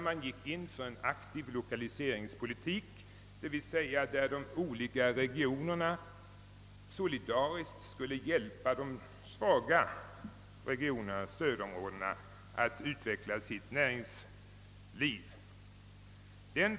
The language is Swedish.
Man gick in för en aktiv lokaliseringspolitik, som innebar att de bättre ställda regionerna solidariskt skulle hjälpa de svaga regionerna, stödområdena, att utveckla sitt näringsliv.